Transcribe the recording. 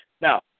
Now